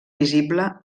visible